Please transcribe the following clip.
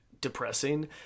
depressing